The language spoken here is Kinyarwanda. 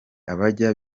abajya